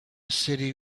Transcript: city